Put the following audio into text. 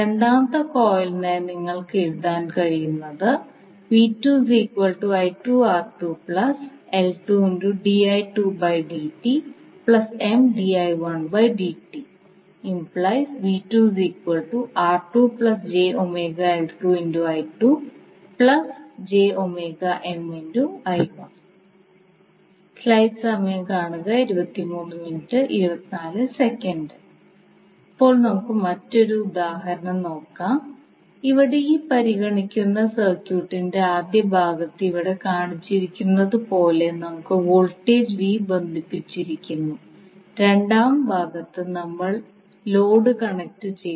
രണ്ടാമത്തെ കോയിലിനായി നിങ്ങൾക്ക് എഴുതാൻ കഴിയുന്നത് ഇപ്പോൾ നമുക്ക് മറ്റൊരു ഉദാഹരണം നോക്കാം ഇവിടെ ഈ പരിഗണിക്കുന്ന സർക്യൂട്ടിന്റെ ആദ്യ ഭാഗത്ത് ഇവിടെ കാണിച്ചിരിക്കുന്നതുപോലെ നമുക്ക് വോൾട്ടേജ് V ബന്ധിപ്പിച്ചിരിക്കുന്നു രണ്ടാം ഭാഗത്ത് നമ്മൾ ലോഡ് കണക്റ്റുചെയ്തു